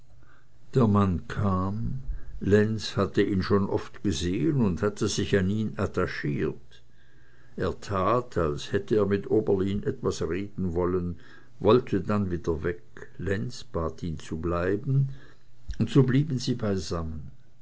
der mann kam lenz hatte ihn schon oft gesehen und hatte sich an ihn attachiert er tat als hätte er mit oberlin etwas reden wollen wollte dann wieder weg lenz bat ihn zu bleiben und so blieben sie beisammen